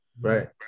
Right